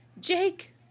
Jake